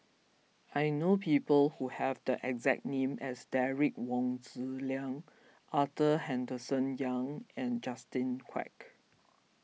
I know people who have the exact name as Derek Wong Zi Liang Arthur Henderson Young and Justin Quek